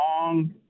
long